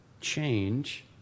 change